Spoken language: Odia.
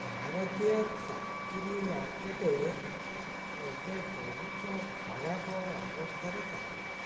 ଭାରତୀୟ ଚାକିରି ମାର୍କେଟ ଏବେ ବହୁତ ଖରାପ ଅବସ୍ଥାରେ ଚାଲିଅଛି